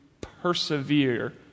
persevere